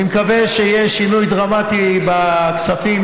אני מקווה שיהיה שינוי דרמטי בכספים.